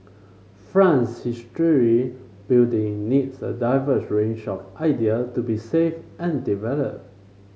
France's history building needs a diverse range of idea to be saved and develop